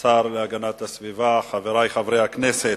השר להגנת הסביבה, חברי חברי הכנסת,